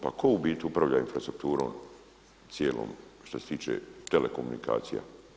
Pa tko u biti upravlja infrastrukturom cijelom što se tiče telekomunikacija?